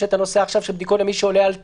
יש עכשיו את הנושא של בדיקות למי שעולה על טיסה,